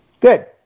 Good